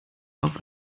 auf